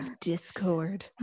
discord